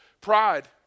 pride